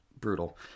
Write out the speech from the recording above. Brutal